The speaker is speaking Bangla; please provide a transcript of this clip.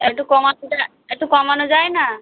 একটু কমান এটা একটু কমানো যায় না